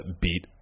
beat